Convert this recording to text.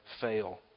fail